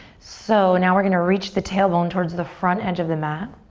so now we're gonna reach the tailbone towards the front edge of the mat,